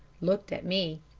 looked at me.